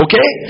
Okay